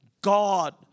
God